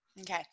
Okay